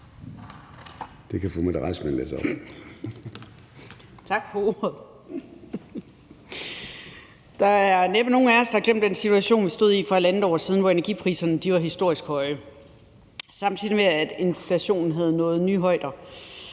Mette Reissmann (S): Tak for ordet. Der er næppe nogen af os, der har glemt den situation, vi stod i for halvandet år siden, hvor energipriserne var historisk høje, samtidig med at inflationen havde nået nye højder.